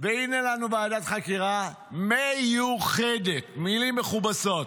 והינה לנו ועדת חקירה מיוחדת, מילים מכובסות.